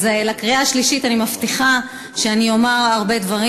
אז לקריאה השלישית אני מבטיחה שאני אומר הרבה דברים.